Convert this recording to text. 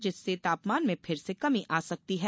जिससे तापमान में फिर से कमी आ सकती है